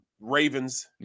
Ravens